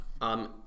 Um-